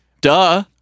Duh